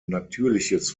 natürliches